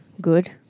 good